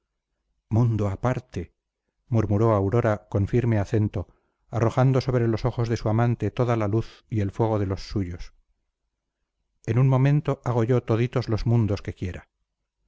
mundo aparte murmuró aura con firme acento arrojando sobre los ojos de su amante toda la luz y el fuego de los suyos en un momento hago yo toditos los mundos que quiera